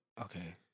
okay